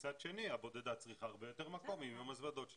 מצד שני הבודדה צריכה הרבה יותר מקום עם המזוודות שלה,